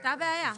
אותה בעיה,